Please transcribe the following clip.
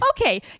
okay